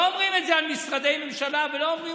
לא אומרים את זה על משרדי ממשלה ולא אומרים